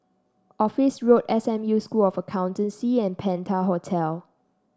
Office Road S M U School of Accountancy and Penta Hotel